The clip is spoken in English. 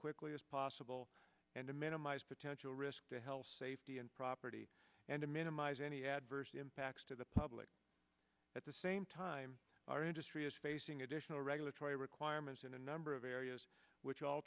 quickly as possible and to minimize potential risk to health safety and property and to minimize any adverse impacts to the public at the same time our industry is facing additional regulatory requirements in a number of areas which